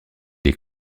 est